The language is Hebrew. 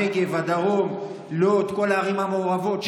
הנגב והדרום ובכל הערים המעורבות,